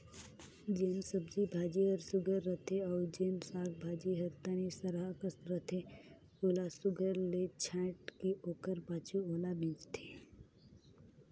जेन सब्जी भाजी हर सुग्घर रहथे अउ जेन साग भाजी हर तनि सरहा कस रहथे ओला सुघर ले छांएट के ओकर पाछू ओला बेंचथें